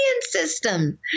system